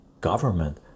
government